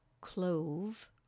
clove